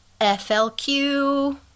FLQ